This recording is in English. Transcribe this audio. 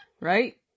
right